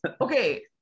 Okay